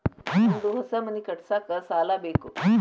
ನಂದು ಹೊಸ ಮನಿ ಕಟ್ಸಾಕ್ ಸಾಲ ಬೇಕು